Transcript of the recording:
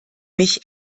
mich